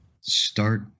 start